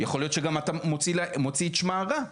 יכול להיות שאתה מוציא את שמה רע,